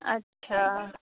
अच्छा